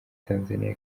tanzania